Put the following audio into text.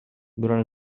durant